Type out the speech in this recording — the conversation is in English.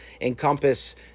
encompass